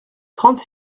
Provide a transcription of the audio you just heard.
trente